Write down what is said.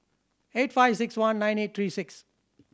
eight five six one nine eight three six